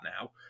now